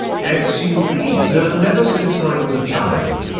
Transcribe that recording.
s. u. edirne ever since i was a child,